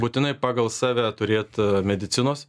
būtinai pagal save turėt medicinos